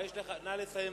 נא לסיים.